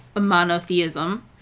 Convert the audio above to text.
monotheism